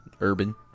Urban